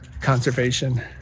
conservation